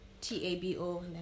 T-A-B-O